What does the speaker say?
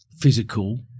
Physical